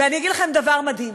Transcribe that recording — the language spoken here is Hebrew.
ואני אגיד לכם דבר מדהים,